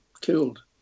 killed